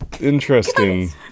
interesting